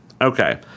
Okay